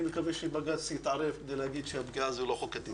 אני מקווה שבג"ץ יתערב כדי להגיד שהפגיעה הזו לא חוקתית.